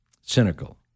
cynical